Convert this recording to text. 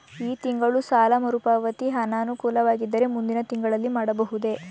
ಈ ತಿಂಗಳು ಸಾಲ ಮರುಪಾವತಿ ಅನಾನುಕೂಲವಾಗಿದ್ದರೆ ಮುಂದಿನ ತಿಂಗಳಲ್ಲಿ ಮಾಡಬಹುದೇ?